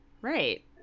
Right